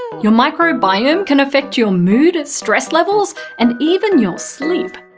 and your microbiome can affect your mood, stress levels and even your sleep.